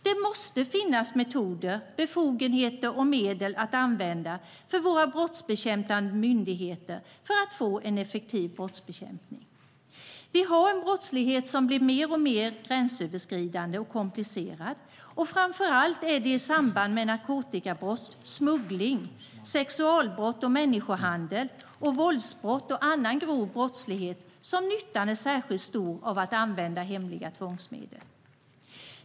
Det måste finnas metoder, befogenheter och medel att använda för våra brottsbekämpande myndigheter för att få en effektiv brottsbekämpning. Vi har en brottslighet som blir mer och mer gränsöverskridande och komplicerad, och framför allt är det i samband med narkotikabrott och smuggling, sexualbrott och människohandel, våldsbrott och annan grov brottslighet som nyttan är särskilt stor av att använda hemliga tvångsmedel.